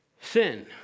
sin